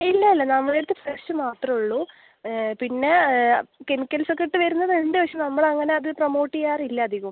ഇല്ല ഇല്ല നമ്മുടെ അടുത്ത് ഫ്രഷ് മാത്രം ഉളളൂ പിന്നെ കെമിക്കൽസ് ഒക്കെ ഇട്ട് വരുന്നതുണ്ട് പക്ഷേ നമ്മൾ അങ്ങനെ അത് പ്രമോട്ട് ചെയ്യാറില്ല അധികവും